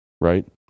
Right